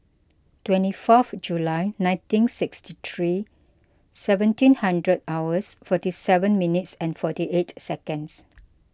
twenty fourth July nineteen sixty three seventeen hundred hours forty seven minutes and forty eight seconds